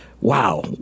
Wow